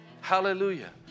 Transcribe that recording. Hallelujah